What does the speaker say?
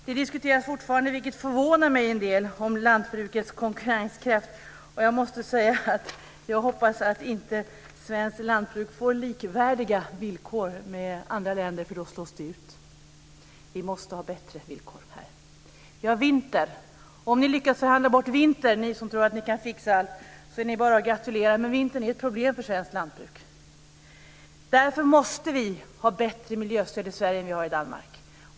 Det diskuteras fortfarande, vilket förvånar mig en del, om lantbrukets konkurrenskraft. Jag måste säga att jag hoppas att svenskt lantbruk och andra länders lantbruk inte får likvärdiga villkor, för då slås det svenska lantbruket ut. Vi måste ha bättre villkor här. Vi har vinter. Om ni lyckas förhandla bort vinter, ni som tror att ni kan fixa allt, är ni bara att gratulera. Vintern är ett problem för svenskt lantbruk. Därför måste vi ha bättre miljöstöd i Sverige än man har i Danmark.